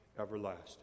everlasting